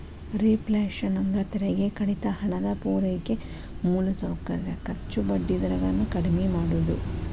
reflation ಅಂದ್ರ ತೆರಿಗೆ ಕಡಿತ ಹಣದ ಪೂರೈಕೆ ಮೂಲಸೌಕರ್ಯ ಖರ್ಚು ಬಡ್ಡಿ ದರ ಗಳನ್ನ ಕಡ್ಮಿ ಮಾಡುದು